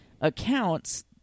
accounts